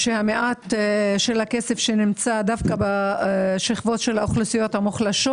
המעט של הכסף שנמצא דווקא בשכבות של האוכלוסיות המוחלשות